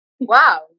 wow